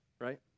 right